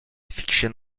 fiction